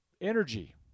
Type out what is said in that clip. energy